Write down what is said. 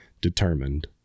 determined